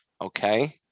okay